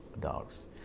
dogs